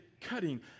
cutting